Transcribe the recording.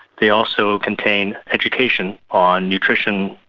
they also contain education on nutrition,